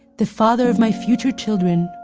the father of my future children,